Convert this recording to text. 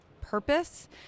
purpose